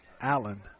Allen